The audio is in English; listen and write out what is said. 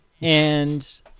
and-